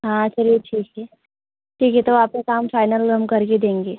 हाँ चलिए ठीक हे ठीक है तो आपका काम फ़ाइनल हम कर के देंगे